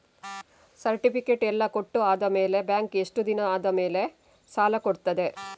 Certificate ಎಲ್ಲಾ ಕೊಟ್ಟು ಆದಮೇಲೆ ಬ್ಯಾಂಕ್ ಎಷ್ಟು ದಿನ ಆದಮೇಲೆ ಸಾಲ ಕೊಡ್ತದೆ?